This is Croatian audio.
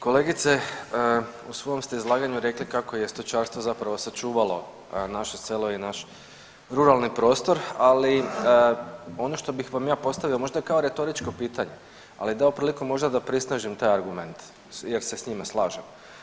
Kolegice u svom ste izlaganju rekli kako je stočarstvo zapravo sačuvalo naše selo i naš ruralni prostor, ali ono što bih vam ja postavio možda i kao retoričko pitanje, ali dao priliku možda da prisnažnim taj argument jer se s njime slažem.